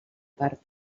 part